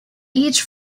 age